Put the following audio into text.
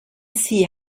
see